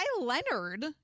Leonard